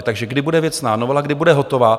Takže kdy bude věcná novela, kdy bude hotová?